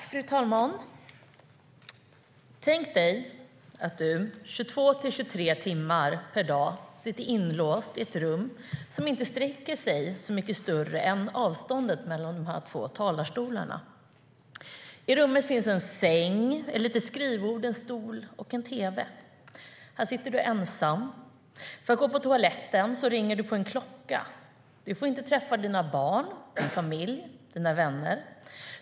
Fru talman! Tänk dig att du 22-23 timmar per dag sitter inlåst i ett rum som inte sträcker sig så mycket mer än avståndet mellan dessa två talarstolar. I rummet finns en säng, ett litet skrivbord, en stol och en tv. Här sitter du ensam. För att gå på toaletten ringer du på en klocka. Du får inte träffa dina barn, din familj och dina vänner.